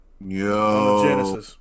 Yo